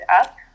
up